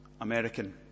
American